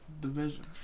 Division